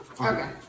Okay